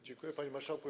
Dziękuję, panie marszałku.